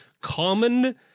common